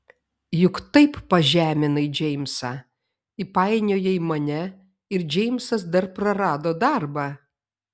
juk taip pažeminai džeimsą įpainiojai mane ir džeimsas dar prarado darbą